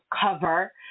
cover